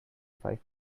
five